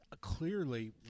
clearly